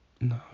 no